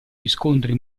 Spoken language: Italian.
riscontri